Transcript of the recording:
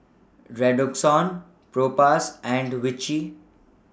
Redoxon Propass and Vichy